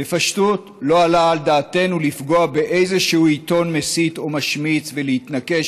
בפשטות: לא עלה על דעתנו לפגוע באיזה שהוא עיתון מסית או משמיץ ולהתנקש,